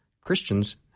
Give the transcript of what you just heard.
Christians